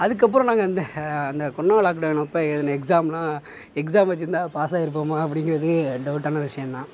அதுக்கப்புறோம் நாங்கள் அந்த அந்த கொரோனா லாக் டவுனப்போ எழுதின எக்ஸாம்லாம் எக்ஸாம் வச்சியிருந்தா பாஸாயிருப்போமா அப்படிங்கிறது டவுட்டான விஷயந்தான்